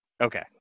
Okay